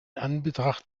anbetracht